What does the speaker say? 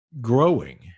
growing